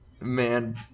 man